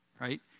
right